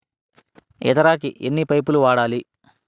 ఎకరాకి ఎన్ని పైపులు వాడాలి?